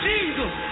Jesus